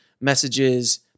messages